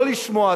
לא לשמוע.